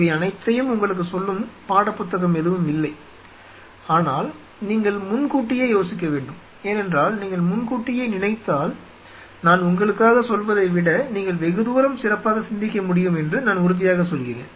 இவை அனைத்தையும் உங்களுக்குச் சொல்லும் பாடப்புத்தகம் எதுவும் இல்லை ஆனால் நீங்கள் முன்கூட்டியே யோசிக்க வேண்டும் ஏனென்றால் நீங்கள் முன்கூட்டியே நினைத்தால் நான் உங்களுக்காக சொல்வதைவிட நீங்கள் வெகுதூரம் சிறப்பாக சிந்திக்கமுடியும் என்று நான் உறுதியாக சொல்கிறேன்